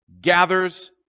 gathers